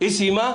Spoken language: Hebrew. היא סיימה?